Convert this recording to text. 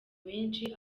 benshi